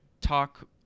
talk